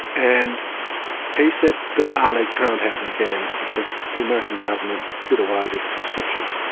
and he said that ali can't happen again because the american government did away with conscription.